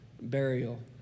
burial